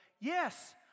yes